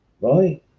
right